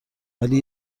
ولی